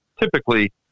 typically